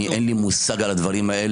אני, אין לי מושג על הדברים האלה.